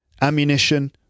ammunition